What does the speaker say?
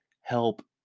help